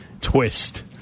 twist